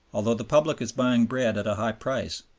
although the public is buying bread at a high price,